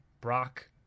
Brock